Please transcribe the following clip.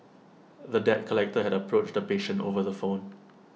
the debt collector had approached the patient over the phone